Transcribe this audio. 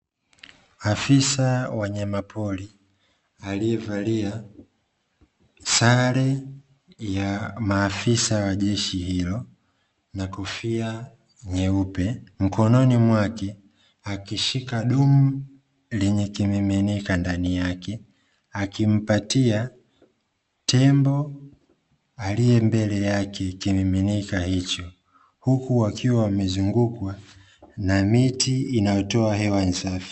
Afisa wanyamapori alievalia sare ya maafisa wa jeshi hilo na kofia nyeupe. Mkononi mwake akishika dumu lenye kimiminika ndani yake, akimpatia tembo aliye mbele yake kimiminika hicho, huku wakiwa wamezungukwa na miti inayotoa hewa safi.